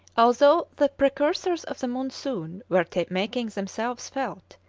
although the precursors of the monsoon were making themselves felt,